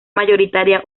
mayoritaria